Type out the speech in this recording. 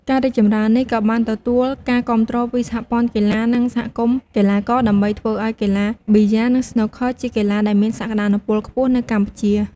ការរីកចម្រើននេះក៏បានទទួលការគាំទ្រពីសហព័ន្ធកីឡា និងសហគមន៍កីឡាករ ដើម្បីធ្វើឲ្យកីឡាប៊ីយ៉ា និងស្នូកឃ័រជាកីឡាដែលមានសក្តានុពលខ្ពស់នៅកម្ពុជា។